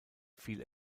fiel